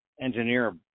engineer